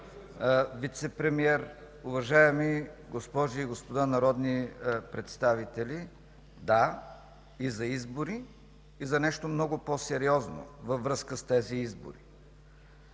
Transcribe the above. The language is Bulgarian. Вицепремиер, уважаеми госпожи и господа народни представители! Да, и за избори, и за нещо много по-сериозно във връзка с тези избори.